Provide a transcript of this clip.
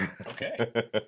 Okay